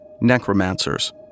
Necromancers